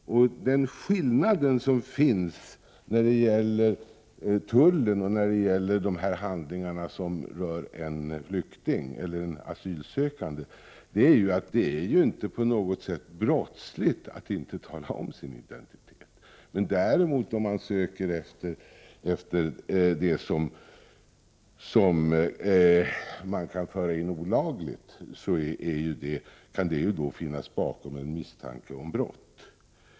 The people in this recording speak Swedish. Skillnaden mellan förfarandet när det gäller tullen och förfarandet när det gäller handlingar som rör en flykting eller asylsökande är att det inte på något sätt är brottsligt att inte tala om sin identitet. När tullen däremot söker efter sådant som man kan tänkas vilja föra in olagligt, så kan det finnas bakom detta en misstanke om brott.